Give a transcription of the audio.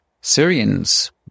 Syrians